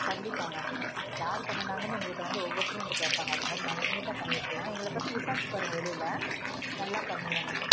கண்டிப்பாங்க யார் பண்ணுணாங்கன்னு உங்கள் கிட்டே வந்து ஒவ்வொருத்தரும் வந்து கேட்பாங்க அதுமாதிரி நாங்கள் நீட்டாக பண்ணிவிட்ருவோங்க எங்களை பற்றி விசாரித்து பாருங்க வெளியில் நல்லா பண்ணுவோங்க